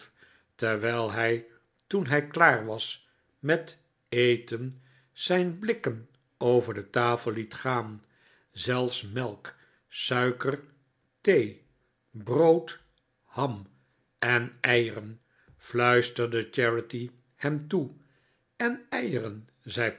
terwijl hij toen hij klaar was met eten zijn blikken over de tafel liet gaan zelfs melk suiker thee brood ham en eieren fluisterde charity hem toe en eieren zei